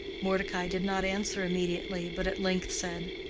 mordecai did not answer immediately, but at length said,